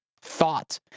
thought